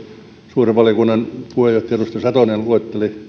suuren valiokunnan puheenjohtaja edustaja satonen luetteli